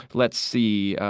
let's see,